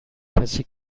کسی